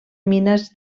mines